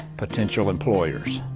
potential employers.